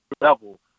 level